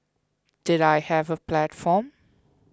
did I have a platform